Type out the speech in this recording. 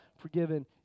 forgiven